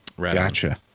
Gotcha